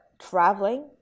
Traveling